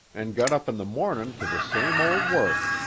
an' got up in the mornin' to the same old work.